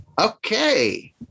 Okay